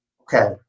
okay